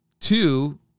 Two